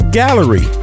gallery